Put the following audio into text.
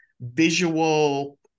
visual